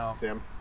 Tim